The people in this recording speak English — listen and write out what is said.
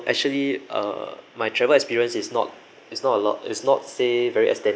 actually uh my travel experience is not is not a lot is not say very extensive